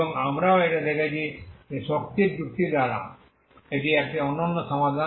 এবং আমরা এটাও দেখেছি যে শক্তির যুক্তি দ্বারা এটি একটি অনন্য সমাধান